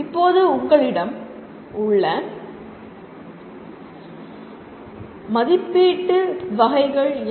இப்போது உங்களிடம் உள்ள மதிப்பீட்டு வகைகள் யாவை